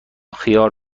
خیار